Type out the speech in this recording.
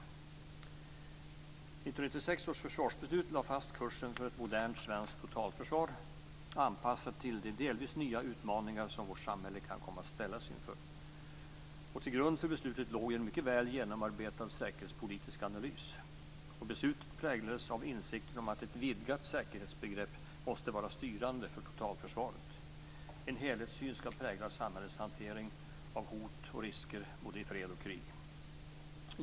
1996 års försvarsbeslut lade fast kursen för ett modernt svenskt totalförsvar anpassat till de delvis nya utmaningar som vårt samhälle kan komma att ställas inför. Till grund för beslutet låg en mycket väl genomarbetad säkerhetspolitisk analys. Beslutet präglades av insikten om att ett vidgat säkerhetsbegrepp måste vara styrande för totalförsvaret. En helhetssyn skall prägla samhällets hantering av hot och risker både i fred och i krig.